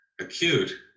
acute